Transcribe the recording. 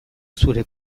zure